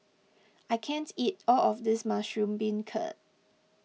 I can't eat all of this Mushroom Beancurd